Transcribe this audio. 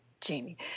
jamie